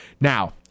now